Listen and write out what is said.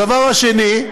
הדבר השני,